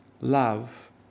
love